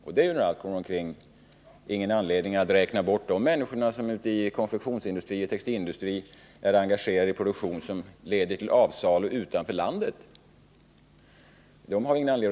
Det finns när allt kommer omkring ingen anledning att räkna bort de människor som i konfektionsoch textilindustrin är engagerade i produktion som leder till avsalu utanför landet.